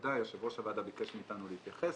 שהוועדה ויושב ראש הוועדה ביקש מאיתנו להתייחס.